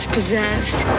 possessed